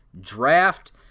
draft